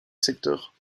secteur